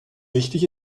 wichtig